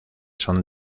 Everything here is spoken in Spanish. son